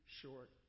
short